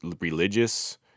religious